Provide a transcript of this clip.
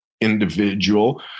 individual